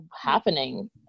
happening